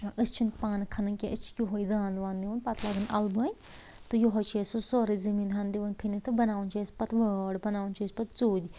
تہٕ ٲسۍ چھنہٕ پانہٕ کھنان کیٛنٚہہ أسۍ چھِ یہوے داند واند نوَان پتہٕ لاگان الہٕ بٲنۍ تہٕ یہوے چھ اسہِ سُہ سورُے زٔمیٖن ہَن دِوان کھٔنتھ تہِ بناوَان چھِ أسۍ پتہٕ وٲر بناوَان چھِ أسۍ پتہٕ ژُدۍ